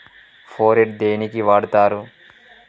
Phorate దేనికి వాడుతరు?